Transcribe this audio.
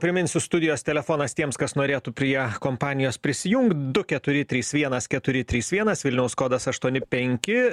priminsiu studijos telefonas tiems kas norėtų prie kompanijos prisijungt du keturi trys vienas keturi trys vienas vilniaus kodas aštuoni penki